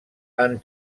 han